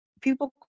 people